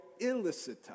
illicita